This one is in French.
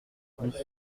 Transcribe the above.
nous